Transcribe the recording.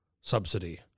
subsidy